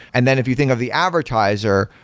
and then if you think of the advertiser,